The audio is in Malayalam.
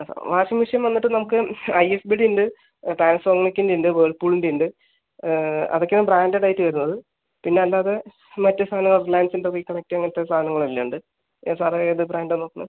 ആ സാർ വാഷിംഗ് മെഷീൻ വന്നിട്ട് നമുക്ക് ഐ എഫ് ബീടെ ഉണ്ട് പാനസോണിക്കിൻ്റെ ഉണ്ട് വേൾപൂളിൻ്റെ ഉണ്ട് അതൊക്കെയാ ബ്രാൻഡഡ് ആയിട്ട് വരുന്നത് പിന്നെ അല്ലാതെ മറ്റ് സാധനം റിലയൻസിൻ്റെ റീകണക്ട് അങ്ങനത്തെ സാധനങ്ങൾ എല്ലാം ഉണ്ട് സാറ് ഏത് ബ്രാൻഡാ നോക്കുന്നത്